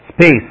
space